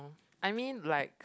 I mean like